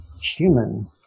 human